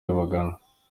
bagana